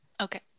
Okay